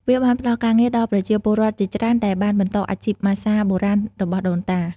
វាបានផ្តល់ការងារដល់ប្រជាពលរដ្ឋជាច្រើនដែលបានបន្តអាជីពម៉ាស្សាបុរាណរបស់ដូនតា។